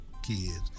kids